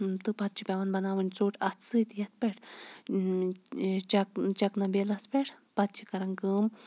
تہٕ پَتہٕ چھُ پیٚوان بَناوٕنۍ ژوٚٹ اَتھٕ سۭتۍ یتھ پیٹھ چَکنا بیلَس پیٹھ پَتہٕ چھِ کَران کٲم